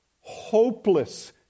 hopeless